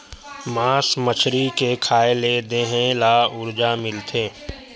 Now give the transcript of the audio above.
मास मछरी के खाए ले देहे ल उरजा मिलथे